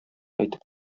әйтеп